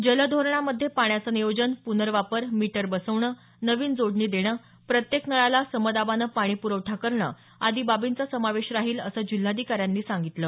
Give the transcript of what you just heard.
जल धोरणामध्ये पाण्याचं नियोजन पुनर्वापर मीटर बसवणं नवीन जोडणी देणं प्रत्येक नळाला समदाबानं पाणी प्रवठा करणं आदि बाबींचा समावेश राहील असं जिल्हाधिकाऱ्यांनी सांगितलं